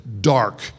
dark